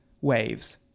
waves